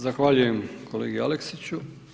Zahvaljujem kolegi Aleksiću.